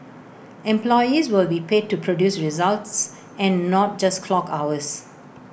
employees will be paid to produce results and not just clock hours